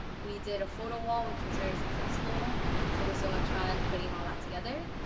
we did a photo wall which was very successful so it was so much fun and putting all that together.